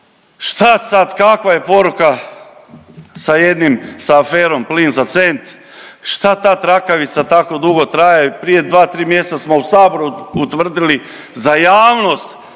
Šta sad kakva je poruka sa jednim, sa aferom plin za cent? Šta ta trakavica tako dugo traje. Prije dva, tri mjeseca smo u Saboru utvrdili za javnost